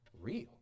real